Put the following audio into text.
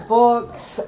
books